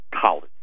College